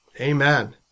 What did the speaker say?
Amen